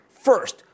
First